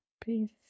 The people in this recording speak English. Peace